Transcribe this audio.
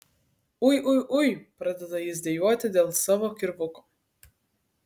ui ui ui pradeda jis dejuoti dėl savo kirvuko